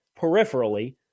peripherally